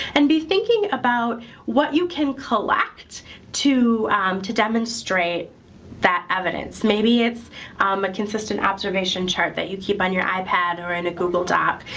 and be thinking about what you can collect to to demonstrate that evidence. maybe it's um a consistent observation chart that you keep on your ipad or in a google doc.